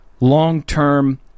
long-term